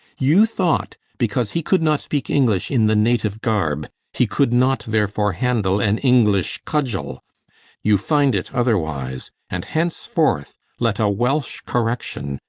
you thought, because he could not speake english in the natiue garb, he could not therefore handle an english cudgell you finde it otherwise, and henceforth let a welsh correction,